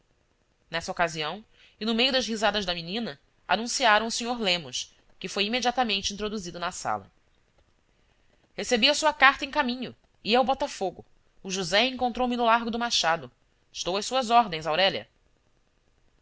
nessa ocasião e no meio das risadas da menina anunciaram o sr lemos que foi imediatamente introduzido na sala recebi a sua carta em caminho ia ao botafogo o josé encontrou me no largo do machado estou às suas ordens aurélia